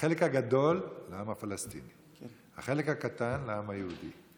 החלק הגדול לעם הפלסטיני, החלק הקטן לעם היהודי.